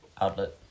outlet